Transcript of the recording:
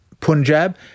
Punjab